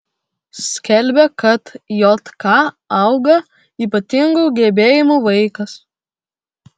skelbia kad jk auga ypatingų gebėjimų vaikas